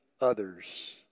others